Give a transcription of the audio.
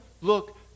look